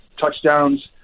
touchdowns